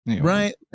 Right